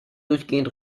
durchgehend